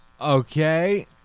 okay